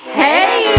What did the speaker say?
hey